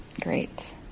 Great